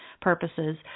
purposes